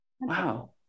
Wow